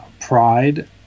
pride